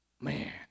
Man